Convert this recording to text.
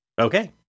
Okay